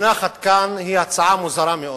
המונחת כאן היא הצעה מוזרה מאוד.